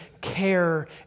care